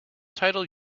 title